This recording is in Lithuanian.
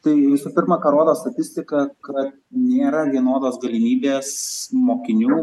tai visų pirma ką rodo statistika kad nėra vienodos galimybės mokinių